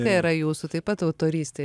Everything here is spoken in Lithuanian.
tai yra jūsų taip pat autorystė